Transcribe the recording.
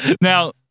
Now